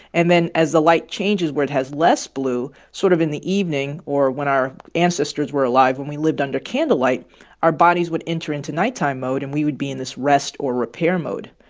and then as the light changes where it has less blue sort of in the evening or, when our ancestors were alive, when we lived under candlelight our bodies would enter into nighttime mode and we would be in this rest or repair mode.